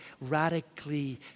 radically